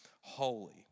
holy